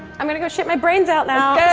i'm going to go shit my brains out now.